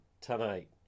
tonight